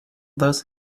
those